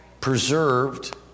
preserved